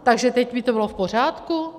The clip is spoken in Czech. Takže teď by to bylo v pořádku?